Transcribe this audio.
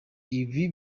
ibi